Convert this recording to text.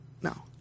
no